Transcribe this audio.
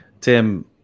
Tim